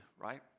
right